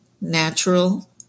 natural